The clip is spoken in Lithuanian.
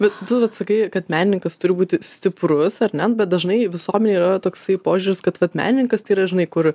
bet tu vat sakai kad menininkas turi būti stiprus ar ne nu bet dažnai visuomenėj yra toksai požiūris kad vat menininkas tai yra žinai kur